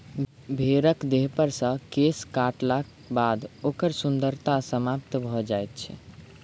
भेंड़क देहपर सॅ केश काटलाक बाद ओकर सुन्दरता समाप्त भ जाइत छै